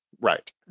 Right